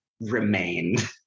remained